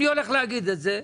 אני הולך להגיד את זה.